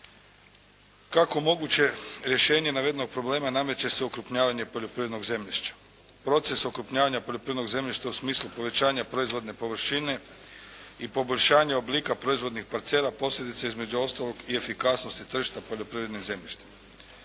Kako moguće rješenje navedenog problema nameće se okrupnjavanje poljoprivrednog zemljišta. Proces okrupnjavanja poljoprivrednog zemljišta u smislu povećanja proizvodne površine i poboljšanja oblika proizvodnih parcela posljedica je između ostalog i efikasnosti tržišta poljoprivrednog zemljišta.